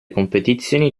competizioni